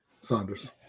saunders